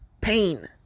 pain